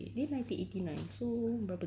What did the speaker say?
twenty six eh twenty eight